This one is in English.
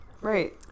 right